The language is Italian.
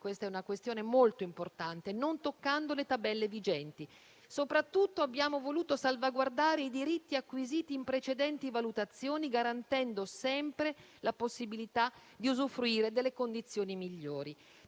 - è una questione molto importante - non toccando le tabelle vigenti. Soprattutto abbiamo voluto salvaguardare i diritti acquisiti in precedenti valutazioni, garantendo sempre la possibilità di usufruire delle condizioni migliori.